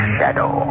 Shadow